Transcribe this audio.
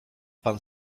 pan